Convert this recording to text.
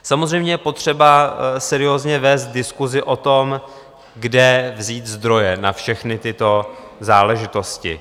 Samozřejmě je potřeba seriózně vést diskusi o tom, kde vzít zdroje na všechny tyto záležitosti.